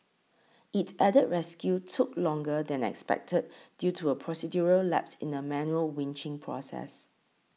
it added rescue took longer than expected due to a procedural lapse in the manual winching process